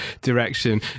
direction